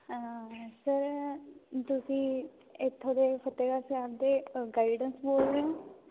sir ਤੁਸੀਂ ਇੱਥੋਂ ਦੇ ਫਤਿਹਗੜ੍ਹ ਸਾਹਿਬ ਅਤੇ ਗਾਈਡੈਂਸ ਬੋਲ ਰਹੇ ਓਂ